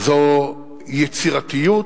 זה יצירתיות,